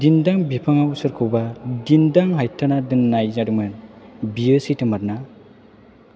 दिन्दां बिफांआव सोरखौबा दिन्दां हायथाना दोननाय जादोंमोन बेयो सैथोमार ना